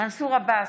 מנסור עבאס,